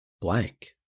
blank